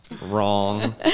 Wrong